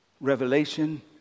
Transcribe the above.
revelation